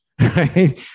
right